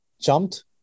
jumped